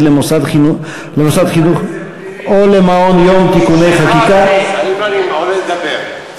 למוסד חינוך או למעון יום (תיקוני חקיקה) אני עולה לדבר.